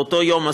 באותו יום,